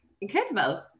incredible